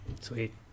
Sweet